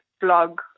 blog